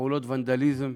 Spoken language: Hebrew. ופעולות ונדליזם.